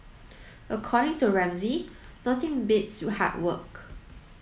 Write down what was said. according to Ramsay nothing beats hard work